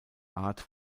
art